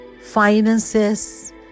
finances